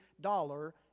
dollar